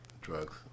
drugs